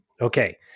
Okay